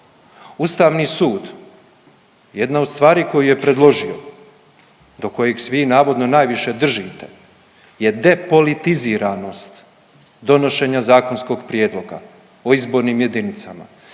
Ustavni sud, jedna od stvari koje je predložio, do kojeg svi, navodno, najviše držite je depolitiziranost donošenja zakonskog prijedloga o izbornim jedinicama.